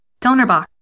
DonorBox